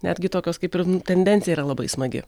netgi tokios kaip ir tendencija yra labai smagi